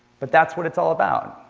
but that's what it's all about.